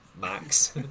Max